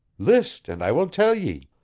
list, and i will tell ye